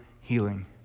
healing